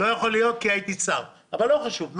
לא יכול להיות, כי הייתי שר, אבל לא חשוב.